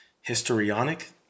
histrionic